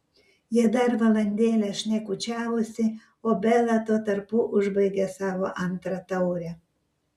jie dar valandėlę šnekučiavosi o bela tuo tarpu užbaigė savo antrą taurę